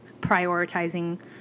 prioritizing